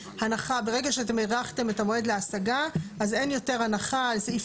ברגע שאתם הארכתם את המועד להשגה אז אין יותר הנחה על סעיף